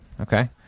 okay